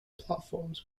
platforms